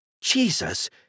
Jesus